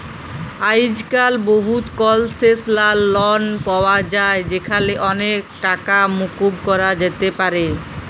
আইজক্যাল বহুত কলসেসলাল লন পাওয়া যায় যেখালে অলেক টাকা মুকুব ক্যরা যাতে পারে